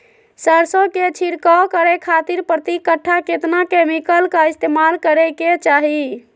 सरसों के छिड़काव करे खातिर प्रति कट्ठा कितना केमिकल का इस्तेमाल करे के चाही?